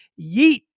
yeet